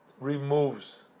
removes